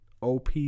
Op